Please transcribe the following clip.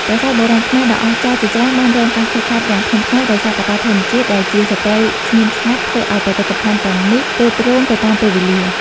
ប្រាសាទបុរាណខ្មែរដ៏អស្ចារ្យជាច្រើនបានរងការខូចខាតយ៉ាងធ្ងន់ធ្ងរ ដោយសារកត្តាធម្មជាតិ ដែលជាសត្រូវស្ងៀមស្ងាត់ធ្វើឲ្យបេតិកភណ្ឌទាំងនេះទ្រុឌទ្រោមទៅតាមពេលវេលា។